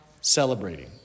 celebrating